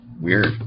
weird